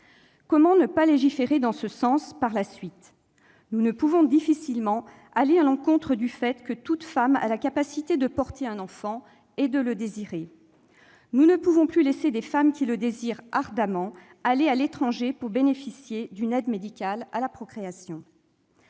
Comment ne pas légiférer dans ce sens par la suite ? Nous pouvons difficilement aller à l'encontre du fait que toute femme a la capacité de porter un enfant et de le désirer. Nous ne pouvons plus laisser des femmes qui le désirent ardemment aller à l'étranger pour bénéficier d'une aide médicale à la procréation.